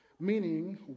meaning